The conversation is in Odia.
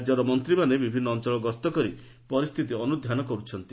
ରାଜ୍ୟର ମନ୍ତ୍ରୀମାନେ ବିଭିନ୍ନ ଅଞ୍ଚଳ ଗସ୍ତକରି ପରିସ୍ଥିତି ଅନୁଧ୍ୟାନ କରୁଛନ୍ତି